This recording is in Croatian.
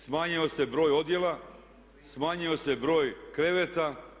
Smanjio se broj odjela, smanjio se broj kreveta.